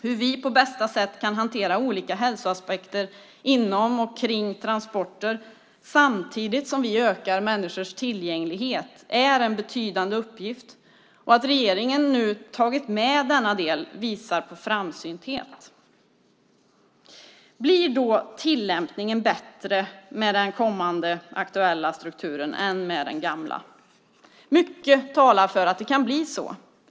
Hur vi på bästa sätt kan hantera olika hälsoaspekter inom och kring transporter samtidigt som vi ökar tillgängligheten för människor är en betydande uppgift. Att regeringen nu tagit med denna del visar på framsynthet. Blir då tillämpningen bättre med den aktuella strukturen än med den gamla? Mycket talar för att det kan bli så.